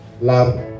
love